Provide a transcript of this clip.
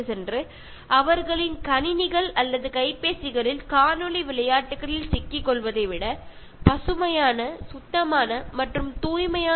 നിങ്ങളവരെ പരിസ്ഥിതിയിലേക്ക് കൂട്ടിക്കൊണ്ടു പോവുകയും പ്രകൃതിയുടെ ഭംഗി ആസ്വദിക്കാൻ പഠിപ്പിക്കുകയും അതിനെ എന്നും ഹരിതാഭമായ വളരെ നൈർമല്യമുള്ള അതുമായിസൂക്ഷിക്കാൻ പഠിപ്പിക്കുകയും വേണം